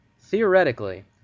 theoretically